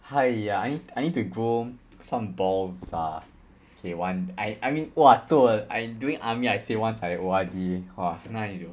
!haiya! I need I need to grow some balls lah okay one I I mean !wah! toh I during army I say once I O_R_D !wah! 哪里有